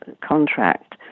contract